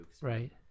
right